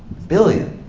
billion!